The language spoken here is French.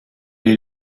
est